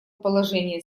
положение